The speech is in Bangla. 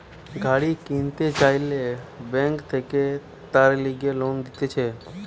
গাড়ি কিনতে চাইলে বেঙ্ক থাকে তার লিগে লোন দিতেছে